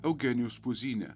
eugenijus puzynė